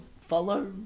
follow